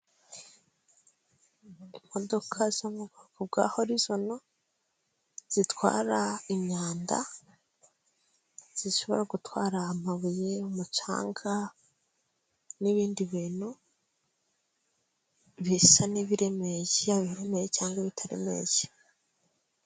Imodoka zo mu bwoko bwa Horizoni zitwara imyanda, zishobora gutwara amabuye, umucanga n'ibindi bintu bisa n'ibiremereye, yaba ibiremereye cyangwa se ibitaremereye.